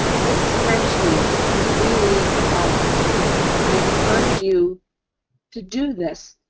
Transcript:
this spreadsheet is really a powerful tool. i encourage you to do this.